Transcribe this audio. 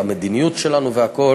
על המדיניות שלנו והכול.